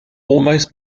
almost